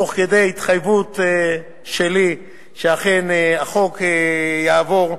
תוך התחייבות שלי שאכן החוק יעבור.